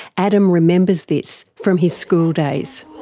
adam remembers this from his school days.